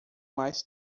mais